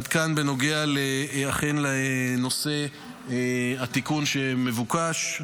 עד כאן בנוגע לנושא התיקון המבוקש.